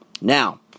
Now